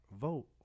Vote